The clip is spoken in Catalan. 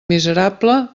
miserable